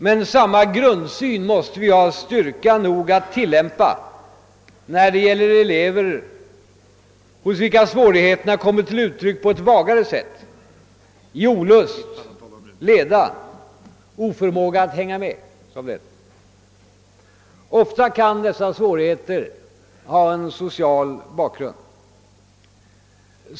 Men samma grundsyn måste vi ha styrka nog att tillämpa när det gäller elever, hos vilka svårigheterna kommit till uttryck på ett vagare sätt: i olust, leda, oförmåga att »hänga med». Ofta kan dessa svårigheter ha en social bakgrund.